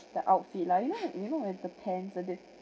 the outfit lah you know you know with the pants and the